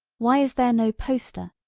why is there no poster,